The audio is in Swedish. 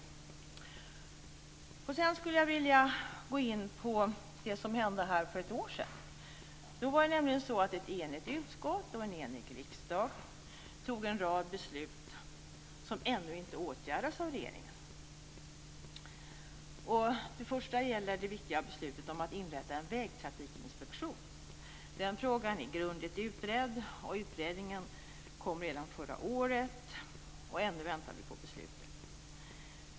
Sedan skulle jag vilja gå in på det som hände här för ett år sedan. Då var det nämligen så att ett enigt utskott och en enig riksdag tog en rad beslut, men regeringen har ännu inte vidtagit några åtgärder. Det första gäller det viktiga beslutet om att inrätta en vägtrafikinspektion. Den frågan är grundligt utredd. Utredningen kom redan förra året, och ännu väntar vi på beslut.